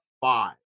five